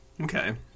Okay